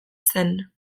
zen